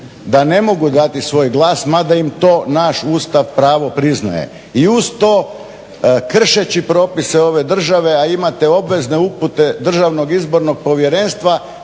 da ne mogu dati svoj glas mada im to naš Ustav pravo priznaje. I uz to kršeći propise ove države a imate obvezne upute Državnog izbornog povjerenstva